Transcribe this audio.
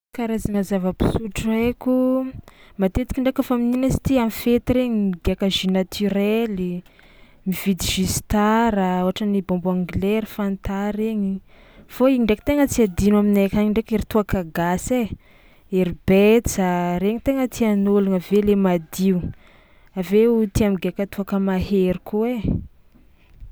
Karazagna zava-pisotro haiko matetiky ndraiky kaofa amin'ino izy ity am'fety regny migiàka jus naturely, mividy jus star ohatran'ny bonbon anglais, ry fanta regny fô igny ndraiky tegna tsy adino aminay akagny ndraiky ery toaka gasy ai, ery betsa, regny tegna tian'ôlogno avy eo le madio, avy eo tia migiàka toaka mahery koa ai.